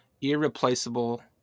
irreplaceable